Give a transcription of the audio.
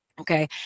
okay